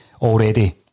already